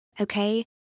Okay